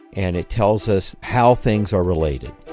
and it tells us how things are related.